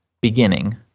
beginning